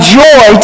joy